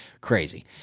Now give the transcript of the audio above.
crazy